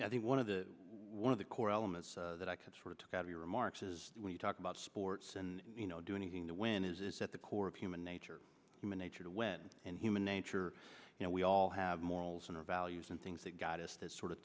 emphasized i think one of the one of the core elements that i could sort of took out of your remarks is when you talk about sports and you know do anything to win is at the core of human nature human nature to wed and human nature you know we all have morals and values and things that got us to sort of